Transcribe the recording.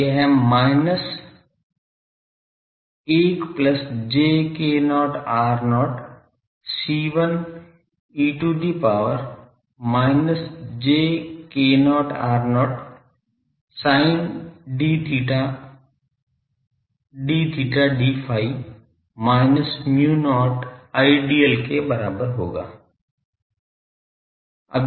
तो यह minus 1 plus j k0 r0 C1 e to the power minus j k0 r0 sin theta d theta d phi minus mu not Idl के बराबर होगा